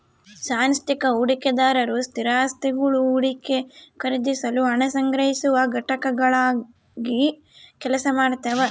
ಸಾಂಸ್ಥಿಕ ಹೂಡಿಕೆದಾರರು ಸ್ಥಿರಾಸ್ತಿಗುಳು ಹೂಡಿಕೆ ಖರೀದಿಸಲು ಹಣ ಸಂಗ್ರಹಿಸುವ ಘಟಕಗಳಾಗಿ ಕೆಲಸ ಮಾಡ್ತವ